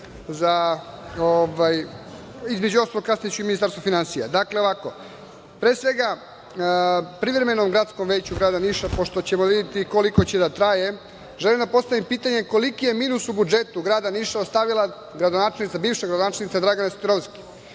a između ostalog kasnije ću i Ministarstvu finansija. Dakle, ovako. Pre svega, privremenom gradskom veću grada Niša, pošto ćemo da vidimo koliko će da traje, želim da postavim pitanje koliki je minus u budžetu grada Niša ostavila gradonačelnica, bivša gradonačelnica Dragana Sotirovski?